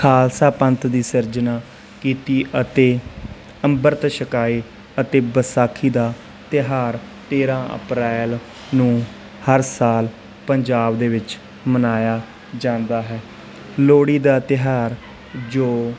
ਖਾਲਸਾ ਪੰਥ ਦੀ ਸਿਰਜਣਾ ਕੀਤੀ ਅਤੇ ਅੰਮ੍ਰਿਤ ਛਕਾਏ ਅਤੇ ਵਿਸਾਖੀ ਦਾ ਤਿਉਹਾਰ ਤੇਰ੍ਹਾਂ ਅਪ੍ਰੈਲ ਨੂੰ ਹਰ ਸਾਲ ਪੰਜਾਬ ਦੇ ਵਿੱਚ ਮਨਾਇਆ ਜਾਂਦਾ ਹੈ ਲੋਹੜੀ ਦਾ ਤਿਉਹਾਰ ਜੋ